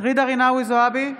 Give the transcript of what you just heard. ג'ידא רינאוי זועבי,